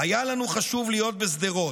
"היה לנו חשוב להיות בשדרות.